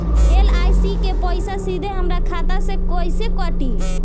LIC के पईसा सीधे हमरा खाता से कइसे कटी?